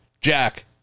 Jack